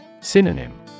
Synonym